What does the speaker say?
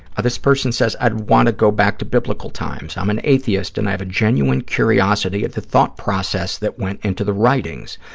this person says, i'd want to go back to biblical times. i'm an atheist and i have a genuine curiosity at the thought process that went into the writings,